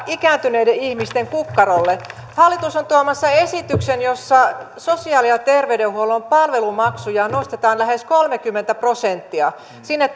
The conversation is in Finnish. ikääntyneiden ihmisten kukkarolle hallitus on tuomassa esityksen jossa sosiaali ja terveydenhuollon palvelumaksuja nostetaan lähes kolmekymmentä prosenttia sinne